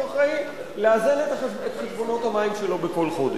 שהוא אחראי לאזן את חשבונות המים שלו בכל חודש.